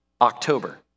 October